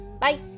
Bye